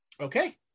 Okay